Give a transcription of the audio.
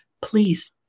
please